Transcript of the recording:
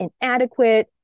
inadequate